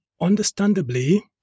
understandably